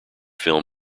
film